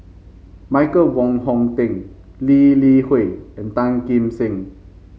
Michael Wong Hong Teng Lee Li Hui and Tan Kim Seng